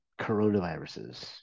coronaviruses